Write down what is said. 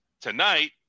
tonight